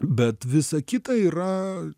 bet visa kita yra